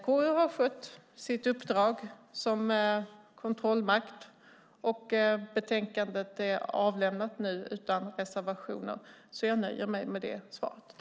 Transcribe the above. KU har skött sitt uppdrag som kontrollmakt, och betänkandet är nu avlämnat utan reservationer. Jag nöjer mig med det svaret.